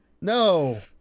no